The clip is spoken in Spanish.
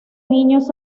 niños